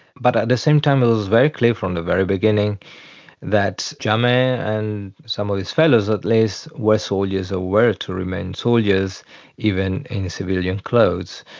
but at the same time it was very clear from the very beginning that jammeh and some of his fellows at least were soldiers and were to remain soldiers even in civilian clothes,